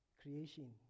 creation